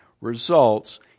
results